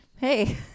hey